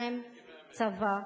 וצבא?